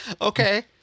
Okay